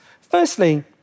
Firstly